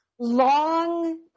Long